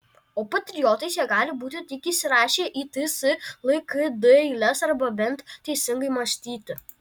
o patriotais jie gali būti tik įsirašę į ts lkd eiles arba bent teisingai mąstyti